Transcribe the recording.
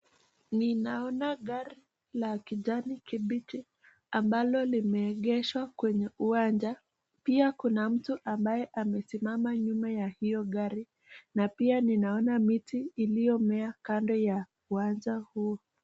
Ninaona gari la kijani kibichi ambalo limeegeshwa kwenye uwanja pia kuna mtu ambaye amesimama nyuma ya hiyo gari na pia ninaona miti iliyomea kando ya uwanja huu.